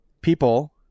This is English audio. people